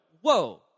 whoa